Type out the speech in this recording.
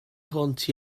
hwnt